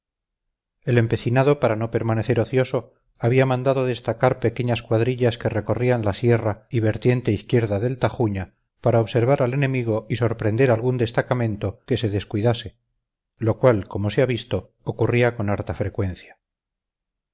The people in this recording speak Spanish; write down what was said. el empecinado para no permanecer ocioso había mandado destacar pequeñas cuadrillas que recorrían la sierra y vertiente izquierda del tajuña para observar al enemigo y sorprender algún destacamento que se descuidase lo cual como se ha visto ocurría con harta frecuencia